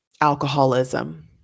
alcoholism